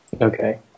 Okay